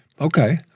Okay